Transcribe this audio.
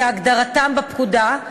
כהגדרתם בפקודה,